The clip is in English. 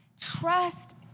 Trust